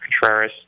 Contreras